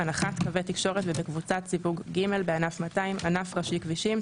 הנחת קווי תקשורת ובקבוצת סיווג ג' בענף 200 ענף ראשי כבישים,